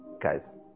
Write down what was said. Guys